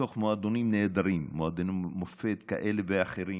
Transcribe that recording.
מועדונים נהדרים, מועדוני מופת כאלה ואחרים,